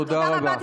תודה רבה.